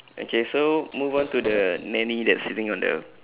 okay so move on to the nanny that's sitting on the